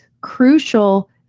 crucial